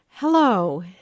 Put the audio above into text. Hello